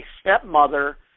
stepmother